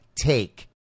take